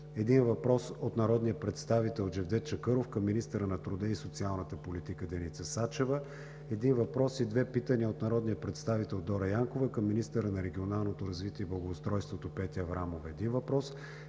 един въпрос от народния представител Джевдет Чакъров към министъра на труда и социалната политика Деница Сачева; - един въпрос и две питания от народния представител Дора Янкова към министъра на регионалното развитие и благоустройството Петя Аврамова;